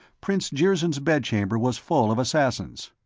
prince jirzyn's bedchamber was full of assassins.